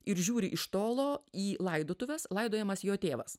ir žiūri iš tolo į laidotuves laidojamas jo tėvas